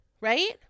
right